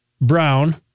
Brown